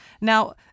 Now